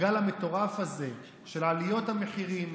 הגל המטורף הזה של עליות המחירים,